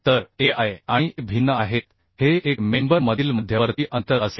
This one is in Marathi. तर a i आणि a भिन्न आहेत हे एक मेंबर मधील मध्यवर्ती अंतर असेल